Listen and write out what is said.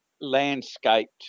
landscaped